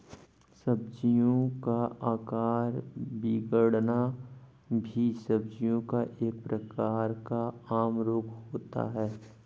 सब्जियों का आकार बिगड़ना भी सब्जियों का एक प्रकार का आम रोग होता है